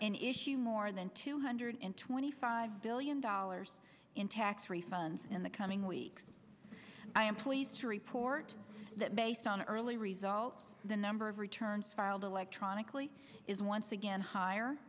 in issue more than two hundred twenty five billion dollars in tax refunds in the coming weeks i am pleased to report that based on early results the number of returns filed electronically is once again higher